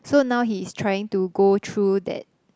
so now he's trying to go through that